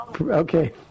okay